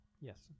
Yes